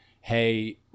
hey